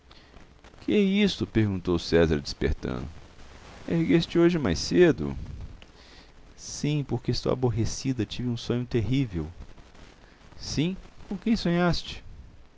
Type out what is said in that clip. que é isto perguntou césar despertando ergueste hoje mais cedo sim porque estou aborrecida tive um sonho terrível sim com quem sonhaste